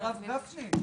הרב גפני,